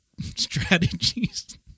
strategies